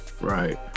Right